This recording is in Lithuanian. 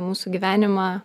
mūsų gyvenimą